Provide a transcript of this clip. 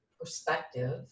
perspective